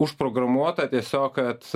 užprogramuota tiesiog kad